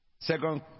Second